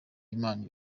imana